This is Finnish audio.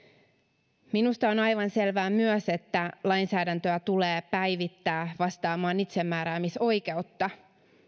aikaisempaa paremmin minusta on aivan selvää myös että lainsäädäntöä tulee päivittää vastaamaan itsemääräämisoikeutta